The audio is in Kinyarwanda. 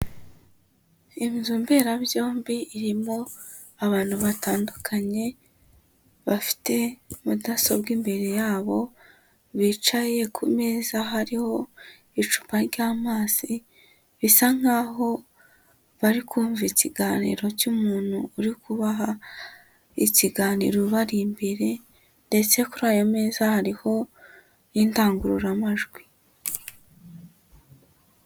Inzu mberabyombi irimo abantu batandukanye bafite mudasobwa imbere yabo, bicaye ku meza hariho icupa ry'amazi bisa nkaho bari kumva ikiganiro cy'umuntu uri kubaha ikiganiro ubari imbere ndetse kuri ayo meza hariho n'indangururamajwi.